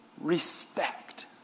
respect